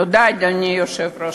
תודה, אדוני היושב-ראש.